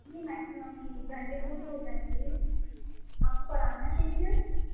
جی maximum تین گھنٹے پورے ہو جائیں گے آپ کو کرانا ہے فیشیل